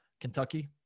Kentucky